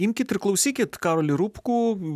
imkit ir klausykit karolį rupkų